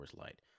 Light